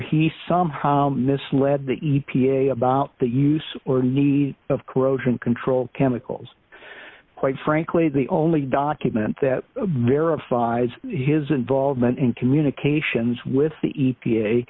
he somehow misled the e p a about the use or need of corrosion control chemicals quite frankly the only document that verifies his involvement in communications with the e